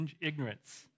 ignorance